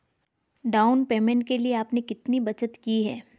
Down payment के लिए आपने कितनी बचत की है?